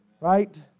Right